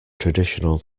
traditional